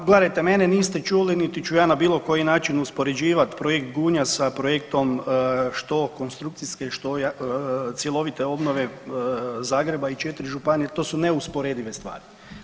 Pa gledajte, mene niste čuli niti ću ja na bilo koji način uspoređivati projekt Gunja sa projektom, što konstrukcijske, što cjelovite obnove Zagreba i 4 županije, to su neusporedive stvari.